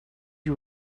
you